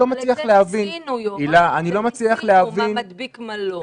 זה מה שניסינו, להבחין בין מה שמדביק ומה שלא.